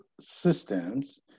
systems